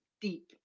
deep